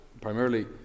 primarily